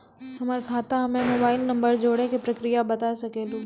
हमर खाता हम्मे मोबाइल नंबर जोड़े के प्रक्रिया बता सकें लू?